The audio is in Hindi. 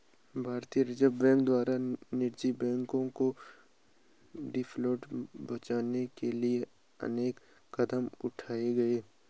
भारतीय रिजर्व बैंक द्वारा निजी बैंकों को डिफॉल्ट से बचाने के लिए अनेक कदम उठाए गए